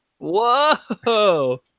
Whoa